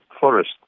Forest